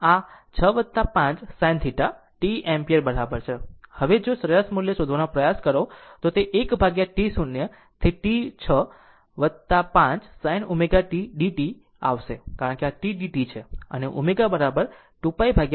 આમ આ rt છે 6 5 sinθ t એમ્પીયર બરાબર છે હવે જો સરેરાશ મૂલ્ય શોધવાનો પ્રયાસ કરો તો તે 1 ભાગ્યા T 0 થી T 6 5 sin ω tdt આવશે કારણ કે આ t dt છે અને ω બરાબર 2π T